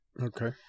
Okay